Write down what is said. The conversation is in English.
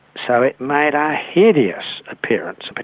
so it made a hideous appearance,